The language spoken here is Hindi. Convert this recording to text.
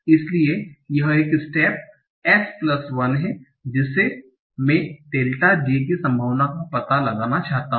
इसलिए यह एक स्टेप S प्लस 1 है जिससे मैं डेल्टा j की संभावना का पता लगाना चाहता हूं